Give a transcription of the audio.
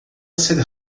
ser